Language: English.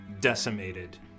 decimated